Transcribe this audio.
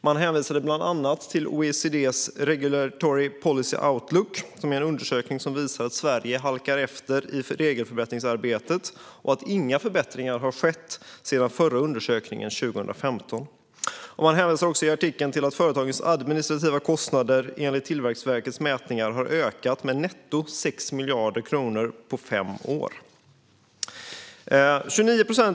Man hänvisade bland annat till OECD:s Regulatory Policy Outlook , en undersökning som visar att Sverige halkar efter i regelförbättringsarbetet och att inga förbättringar har skett sedan den förra undersökningen 2015. Man hänvisar också i artikeln till att företagens administrativa kostnader enligt Tillväxtverkets mätningar har ökat med netto 6 miljarder kronor på fem år.